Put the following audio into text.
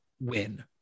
win